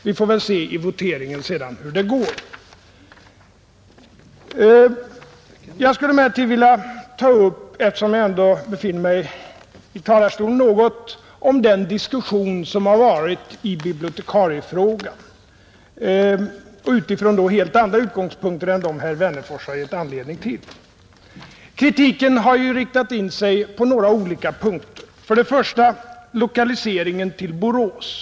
Vi får väl se hur det går i voteringen senare. Eftersom jag ändå befinner mig i talarstolen skulle jag vilja ta upp något om den diskussion som förts i bibliotekshögskolefrågan — och då utifrån helt andra utgångspunkter än dem herr Wennerfors givit mig anledning utgå från. Kritiken har riktat in sig på några olika punkter, för det första lokaliseringen till Borås.